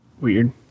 weird